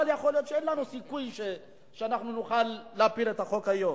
אבל יכול להיות שאין לנו סיכוי להפיל את החוק היום,